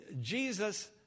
Jesus